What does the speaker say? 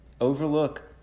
overlook